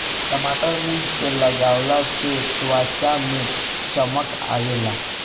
टमाटर मुंह पअ लगवला से त्वचा में चमक आवेला